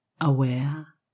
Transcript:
aware